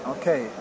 Okay